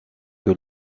que